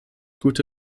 gute